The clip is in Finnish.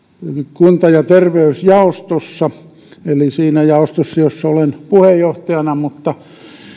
kunta ja terveysjaostossa eli siinä jaostossa jossa olen puheenjohtajana mutta